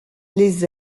les